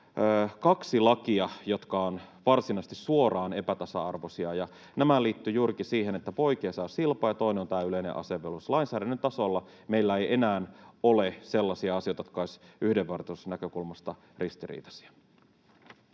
kaksi lakia, jotka ovat varsinaisesti suoraan epätasa-arvoisia, ja nämä liittyvät juurikin siihen, että poikia saa silpoa, ja toinen on tämä yleinen asevelvollisuus. Lainsäädännön tasolla meillä ei enää ole sellaisia asioita, jotka olisivat yhdenvertaisuusnäkökulmasta ristiriitaisia.